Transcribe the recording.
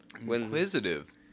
Inquisitive